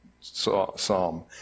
psalm